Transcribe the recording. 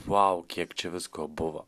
vau kiek čia visko buvo